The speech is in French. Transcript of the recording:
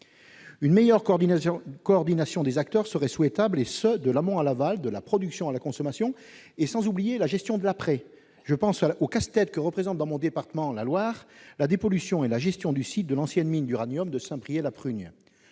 une meilleure coordination des acteurs serait souhaitable de l'amont à l'aval, de la production à la consommation, sans oublier la gestion de l'après : je pense au casse-tête que représente dans mon département, la Loire, la dépollution et la gestion du site de l'ancienne mine d'uranium de Saint-Priest-la-Prugne.